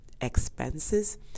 expenses